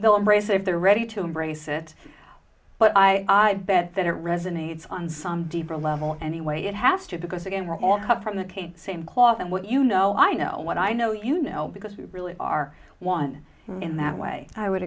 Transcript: they'll embrace if they're ready to embrace it but i bet that it resonates on some deeper level anyway it has to because again we're all come from mccain same cloth and well you know i know what i know you know because you really are one in that way i would